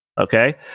okay